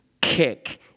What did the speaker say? kick